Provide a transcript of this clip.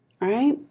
right